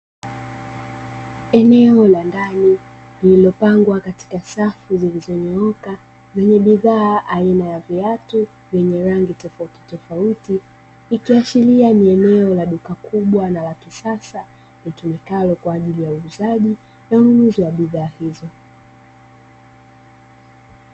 Eneo la ndani lililopangwa katika safu zilizonyooka, lenye bidhaa aina ya viatu vyenye rangi tofautitofauti ikiashiria ni eneo la duka kubwa na la kisasa litumikalo kwa ajili ya uuzaji na ununuzi wa bidhaa hizo.